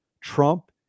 Trump